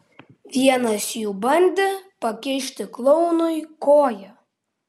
vienas iš jų bandė pakišti klounui koją